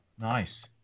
Nice